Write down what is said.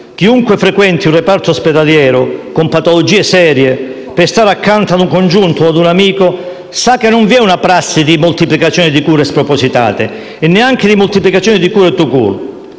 chiunque frequenti un reparto ospedaliero con patologie serie per stare accanto a un congiunto o a un amico sa che non vi è una prassi di moltiplicazione di cure spropositate e neanche di moltiplicazione di cure *tout